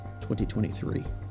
2023